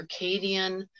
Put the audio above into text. circadian